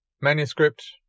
manuscript